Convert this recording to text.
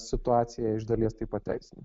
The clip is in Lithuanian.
situacija iš dalies tai pateisina